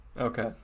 Okay